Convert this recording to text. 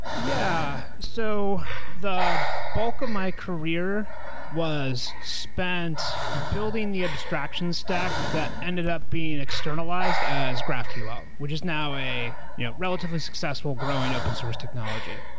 yeah. so the bulk of my career was spent building the abstraction stack that ended up being externalized as graphql, which is now a you know relatively successful growing open source technology.